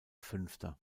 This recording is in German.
fünfter